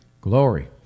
Glory